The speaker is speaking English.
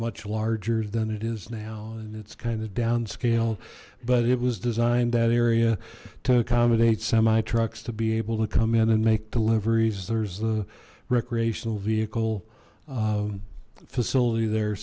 much larger than it is now and it's kind of down scale but it was designed that area to accommodate semi trucks to be able to come in and make deliveries there's the recreational vehicle facility there